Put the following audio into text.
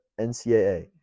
NCAA